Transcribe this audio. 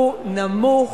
הוא נמוך,